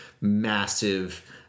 massive